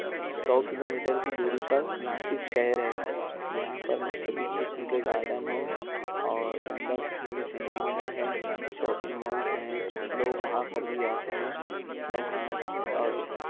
سو kilometre کی دوری پر ناسک شہر ہے جہاں پر مختلف قسم کے گارڈن ہیں اور عمدہ قسم کے سنیما گھر ہیں شاپنگ مالس ہیں لوگ وہاں پر بھی آتے ہیں اور وہاں اور